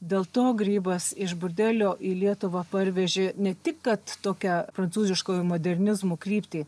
dėl to grybas iš burdelio į lietuvą parvežė ne tik kad tokią prancūziškojo modernizmo kryptį